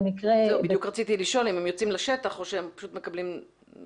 בדיוק רציתי לשאול אם הם יוצאים לשטח או שהם פשוט מקבלים תוכניות.